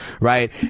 right